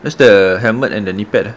where's the hamlet and the knee pad eh